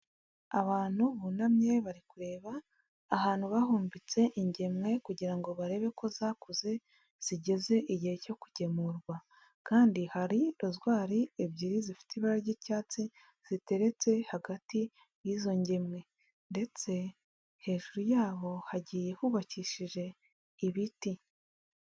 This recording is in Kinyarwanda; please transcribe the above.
Abantu bunamye bari kureba ahantu bahombetse ingemwe kugira ngo barebe ko zakuze zigeze igihe cyo kugemurwa kandi hari rozwari ebyiri zifite ibara ry'icyatsi, ziteretse hagati y'izo ngemwe ndetse hejuru yaho hagiye hubakishije ibiti.